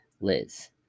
Liz